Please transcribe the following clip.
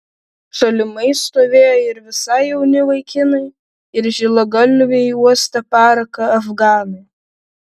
šalimais stovėjo ir visai jauni vaikinai ir žilagalviai uostę paraką afganai